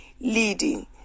leading